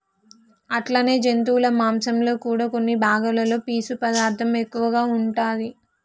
అట్లనే జంతువుల మాంసంలో కూడా కొన్ని భాగాలలో పీసు పదార్థం ఎక్కువగా ఉంటాది